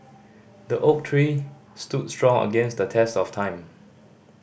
the oak tree stood strong against the test of time